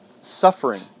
suffering